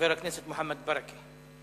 חבר הכנסת מוחמד ברכה.